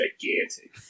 gigantic